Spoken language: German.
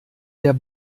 der